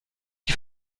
die